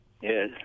Yes